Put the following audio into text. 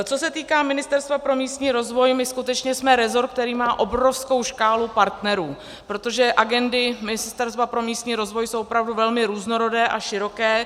Co se týká Ministerstva pro místní rozvoj, my skutečně jsme rezort, který má obrovskou škálu partnerů, protože agendy Ministerstva pro místní rozvoj jsou opravdu velmi různorodé a široké.